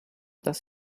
does